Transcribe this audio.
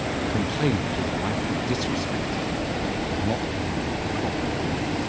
and complained that his wife had disrespected him by not giving him a proper burial.